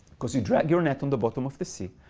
because you drag your net on the bottom of the sea.